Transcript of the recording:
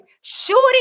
shooting